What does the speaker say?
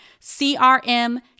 CRM